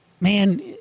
Man